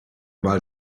bald